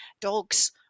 dogs